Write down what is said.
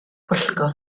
pwyllgor